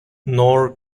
nor